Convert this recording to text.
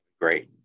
Great